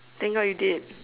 thank God you did